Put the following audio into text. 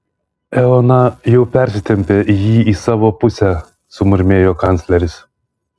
eoną jau persitempė jį į savo pusę sumurmėjo kancleris